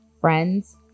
friends